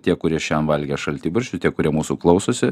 tie kurie šian valgė šaltibarščių tie kurie mūsų klausosi